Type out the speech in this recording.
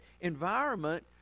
environment